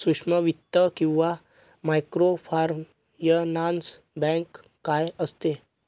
सूक्ष्म वित्त किंवा मायक्रोफायनान्स बँक काय असते?